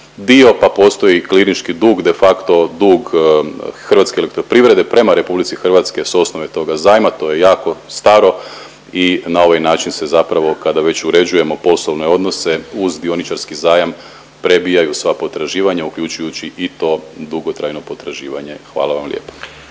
dio, pa postoji klinički dug. De facto dug Hrvatske elektroprivrede prema Republici Hrvatskoj sa osnove toga zajma to je jako staro i na ovaj način se zapravo kada već uređujemo poslovne odnose uz dioničarski zajam prebijaju sva potraživanja uključujući i to dugotrajno potraživanje. Hvala vam lijepa.